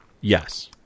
yes